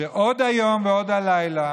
שעוד היום ועוד הלילה